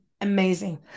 Amazing